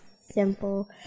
simple